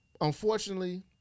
unfortunately